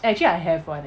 actually I have one